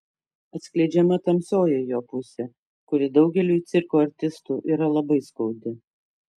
atskleidžiama tamsioji jo pusė kuri daugeliui cirko artistų yra labai skaudi